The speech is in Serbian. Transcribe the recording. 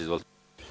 Izvolite.